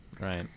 Right